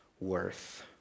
worth